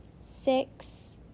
six